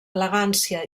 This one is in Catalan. elegància